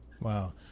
Wow